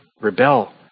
rebel